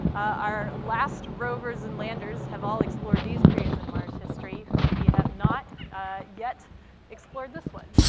our last rovers and landers have all explored these periods in mars' history. we have not yet explored this one,